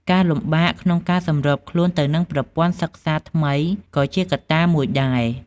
ការលំបាកក្នុងការសម្របខ្លួនទៅនឹងប្រព័ន្ធសិក្សាថ្មីក៏ជាកត្តាមួយដែរ។